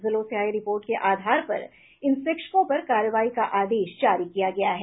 जिलों से आयी रिपोर्ट के आधार पर इन शिक्षकों पर कार्रवाई का आदेश जारी किया गया है